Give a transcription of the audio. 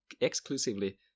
exclusively